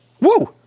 Woo